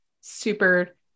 super